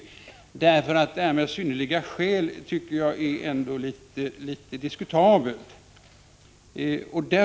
Jag tycker nämligen att det är litet diskutabelt att regeringen har funnit att det inte har förelegat ”synnerliga skäl” för en nedsättning av stämpelskatten.